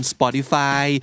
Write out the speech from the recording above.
Spotify